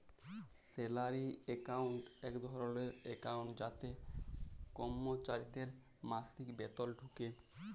salary account এক ধরলের account যাতে করমচারিদের মাসিক বেতল ঢুকে